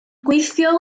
gweithio